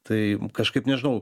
tai kažkaip nežinau